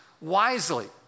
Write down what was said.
wisely